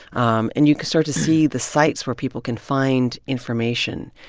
um and you can start to see the sites where people can find information.